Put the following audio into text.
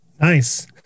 nice